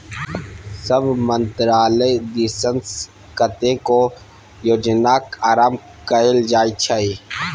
सभ मन्त्रालय दिससँ कतेको योजनाक आरम्भ कएल जाइत छै